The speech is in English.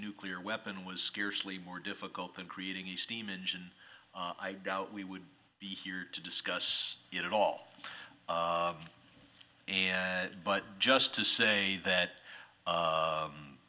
nuclear weapon was scarcely more difficult than creating the steam engine i doubt we would be here to discuss it at all and but just to say that